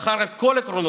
הוא מכר את כל עקרונותיו,